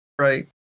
right